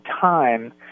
time